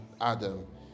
Adam